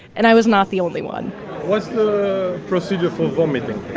and i was not the only one what's the procedure for vomiting?